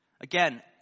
again